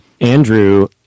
andrew